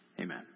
Amen